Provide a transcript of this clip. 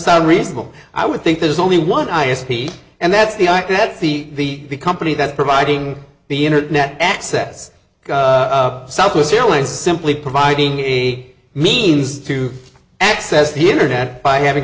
sound reasonable i would think there's only one i speak and that's the act that the the company that providing the internet access southwest airlines simply providing a means to access the internet by having